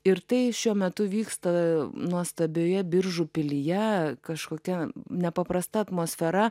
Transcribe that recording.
ir tai šiuo metu vyksta nuostabioje biržų pilyje kažkokia nepaprasta atmosfera